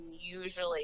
usually